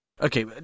Okay